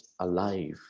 alive